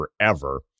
forever